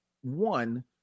one